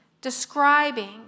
describing